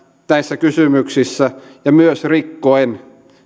näissä kysymyksissä ja myös rikkoen